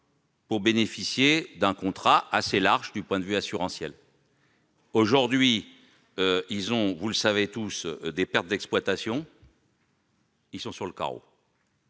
pour bénéficier d'un contrat assez large du point de vue assurantiel. Aujourd'hui, ils enregistrent tous des pertes d'exploitation, et ils se retrouvent sur le carreau,